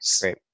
Great